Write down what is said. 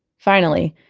finally,